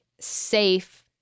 safe